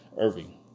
Irving